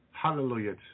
Hallelujah